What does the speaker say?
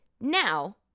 now